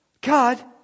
God